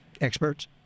experts